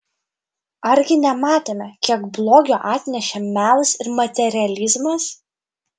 argi nematėme kiek blogio atnešė melas ir materializmas